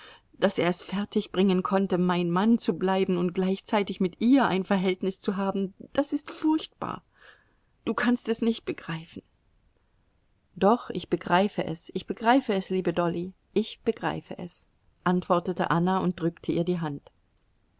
daß er es fertigbringen konnte mein mann zu bleiben und gleichzeitig mit ihr ein verhältnis zu haben das ist furchtbar du kannst es nicht begreifen doch ich begreife es ich begreife es liebe dolly ich begreife es antwortete anna und drückte ihr die hand